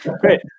great